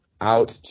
out